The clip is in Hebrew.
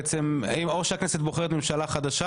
בעצם או שהכנסת בוחרת ממשלה חדשה,